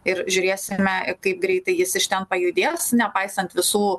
ir žiūrėsime kaip greitai jis iš ten pajudės nepaisant visų